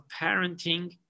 parenting